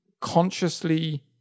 consciously